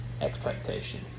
expectation